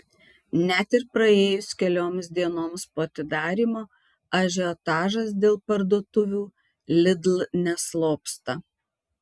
net ir praėjus kelioms dienoms po atidarymo ažiotažas dėl parduotuvių lidl neslopsta